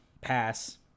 pass